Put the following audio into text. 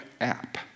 app